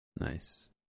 Nice